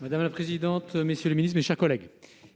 La parole est à M. Sébastien Meurant.